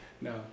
No